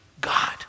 God